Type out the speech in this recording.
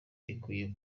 ikwiye